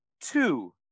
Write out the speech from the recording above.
two